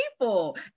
people